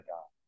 God